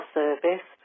service